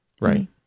Right